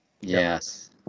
yes